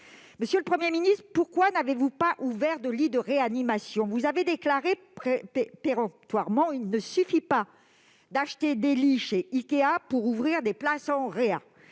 Monsieur le Premier ministre, pourquoi n'avez-vous pas ouvert de lits de réanimation ? Vous aviez déclaré péremptoirement :« Il ne suffit pas d'acheter des lits chez Ikea pour ouvrir des places en réa.